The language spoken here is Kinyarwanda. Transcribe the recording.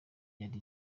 yari